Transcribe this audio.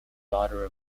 daughter